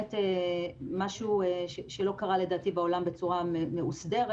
באמת משהו שלא קרה לדעתי בעולם בצורה מאוסדרת.